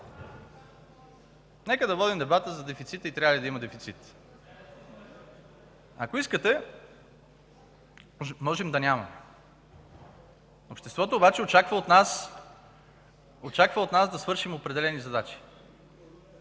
Нека да водим дебата за дефицита и трябва ли да има дефицит. Ако искате, можем да нямаме дефицит. Обществото обаче очаква от нас да свършим определени задачи.